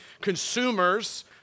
consumers